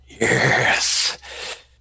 Yes